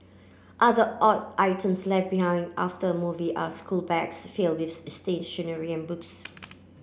other odd items left behind after a movie are schoolbags filled with stationery and books